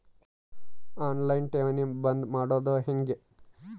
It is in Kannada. ಆನ್ ಲೈನ್ ಠೇವಣಿ ಬಂದ್ ಮಾಡೋದು ಹೆಂಗೆ?